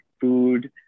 food